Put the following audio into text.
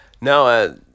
no